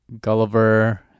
Gulliver